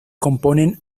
componen